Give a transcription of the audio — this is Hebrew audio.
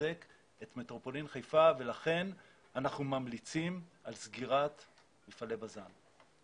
ולחזק את מטרופולין חיפה ולכן אנחנו ממליצים על סגירת מפעלי בז"ן.